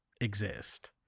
exist